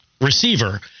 receiver